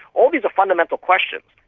all these are fundamental questions.